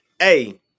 Hey